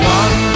one